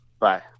Bye